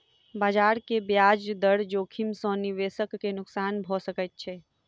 बजार के ब्याज दर जोखिम सॅ निवेशक के नुक्सान भ सकैत छै